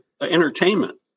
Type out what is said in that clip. entertainment